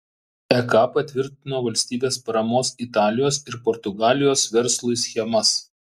ek patvirtino valstybės paramos italijos ir portugalijos verslui schemas